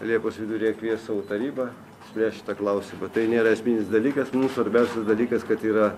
liepos viduryje kvies savo tarybą spręs šitą klausimą tai nėra esminis dalykas mums svarbiausias dalykas kad yra